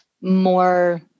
more